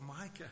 Micah